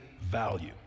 value